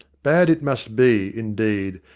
bad it must be, indeed,